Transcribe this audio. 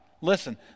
Listen